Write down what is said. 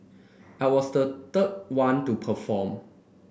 I was the third one to perform